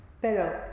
pero